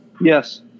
Yes